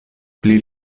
pli